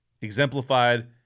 exemplified